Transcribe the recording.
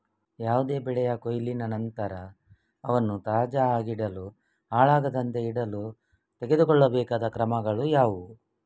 ಯಾವುದೇ ಬೆಳೆಯ ಕೊಯ್ಲಿನ ನಂತರ ಅವನ್ನು ತಾಜಾ ಆಗಿಡಲು, ಹಾಳಾಗದಂತೆ ಇಡಲು ತೆಗೆದುಕೊಳ್ಳಬೇಕಾದ ಕ್ರಮಗಳು ಯಾವುವು?